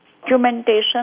documentation